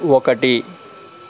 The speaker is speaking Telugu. ఒకటి